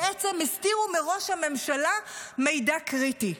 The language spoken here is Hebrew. בעצם הסתירו מראש הממשלה מידע קריטי.